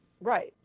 Right